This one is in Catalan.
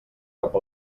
cap